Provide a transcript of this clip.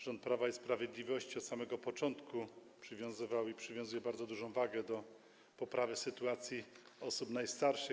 Rząd Prawa i Sprawiedliwości od samego początku przywiązywał i przywiązuje bardzo dużą wagę do poprawy sytuacji osób najstarszych.